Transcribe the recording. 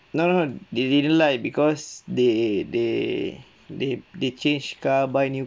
no no no they didn't lah because they they they they change car buy new